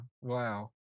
Wow